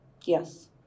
Yes